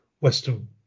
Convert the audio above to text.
Western